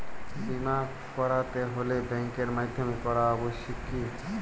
বিমা করাতে হলে ব্যাঙ্কের মাধ্যমে করা আবশ্যিক কি?